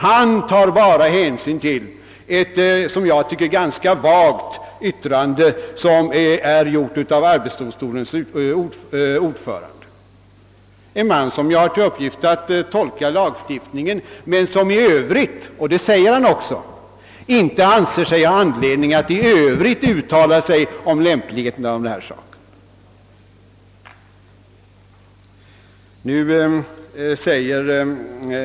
Han tar bara hänsyn till ett som jag tycker ganska vagt yttrande av arbetsdomstolens ordförande, en man som har till uppgift att tolka lagstiftningen men som i övrigt — och det säger han själv — inte anser sig ha anledning att uttala sig om behovet av den föreslagna åtgärden.